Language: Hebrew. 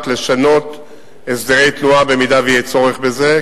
לשנות הסדרי תנועה אם יהיה צורך בזה.